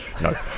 No